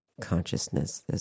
consciousness